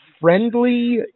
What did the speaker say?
friendly